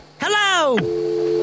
Hello